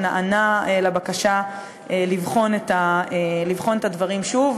שנענה לבקשה לבחון את הדברים שוב,